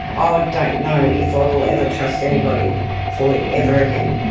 ah i don't know if i will ever trust anybody fully, ever again.